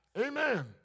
Amen